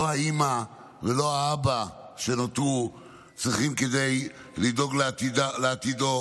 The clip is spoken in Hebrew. לא האימא ולא האבא שנותרו צריכים לשלם מס כדי לדאוג לעתידו.